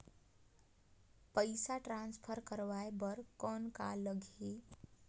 पइसा ट्रांसफर करवाय बर कौन का लगही?